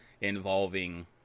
involving